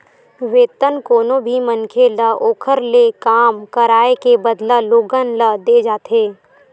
वेतन कोनो भी मनखे ल ओखर ले काम कराए के बदला लोगन ल देय जाथे